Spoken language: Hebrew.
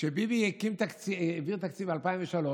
כשביבי העביר את תקציב 2003,